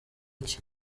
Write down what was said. iki